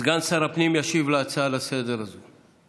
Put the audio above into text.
סגן שר הפנים ישיב על ההצעה לסדר-היום הזאת.